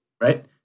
Right